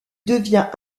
devient